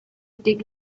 dig